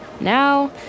Now